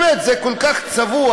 באמת, זה כל כך צבוע.